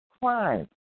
crime